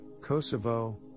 Kosovo